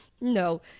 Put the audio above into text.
no